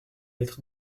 lettre